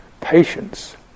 patience